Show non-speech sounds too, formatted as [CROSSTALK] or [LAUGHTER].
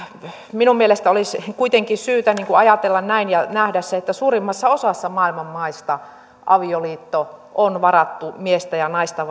minun mielestäni olisi kuitenkin syytä ajatella näin ja nähdä se että suurimmassa osassa maailman maista avioliitto on varattu miestä ja naista [UNINTELLIGIBLE]